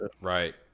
Right